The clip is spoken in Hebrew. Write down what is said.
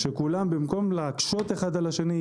שבמקום להקשות אחד על השני,